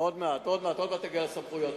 מה עם סמכויות